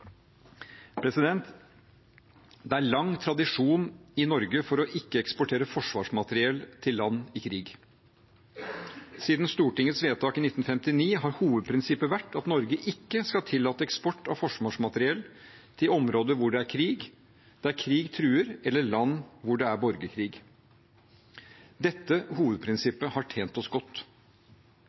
Det er lang tradisjon i Norge for ikke å eksportere forsvarsmateriell til land i krig. Siden Stortingets vedtak i 1959 har hovedprinsippet vært at Norge ikke skal tillate eksport av forsvarsmateriell til områder hvor det er krig, der krig truer eller land hvor det er borgerkrig. Dette hovedprinsippet har tjent oss godt.